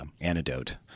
antidote